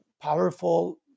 powerful